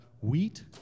wheat